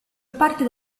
parte